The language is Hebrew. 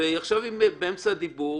ועכשיו היא באמצע הדיבור.